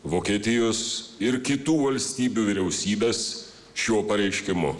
vokietijos ir kitų valstybių vyriausybes šiuo pareiškimu